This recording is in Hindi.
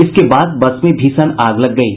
इसके बाद बस में भीषण आग लग गयी